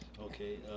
Okay